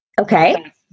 Okay